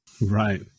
Right